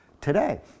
today